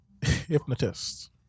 hypnotist